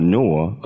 Noah